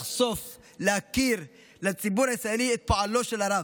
לחשוף, להכיר לציבור הישראלי את פועלו של הרב.